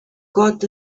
got